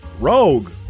Rogue